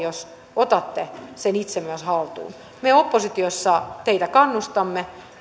jos otatte sen itse myös haltuun me oppositiossa teitä kannustamme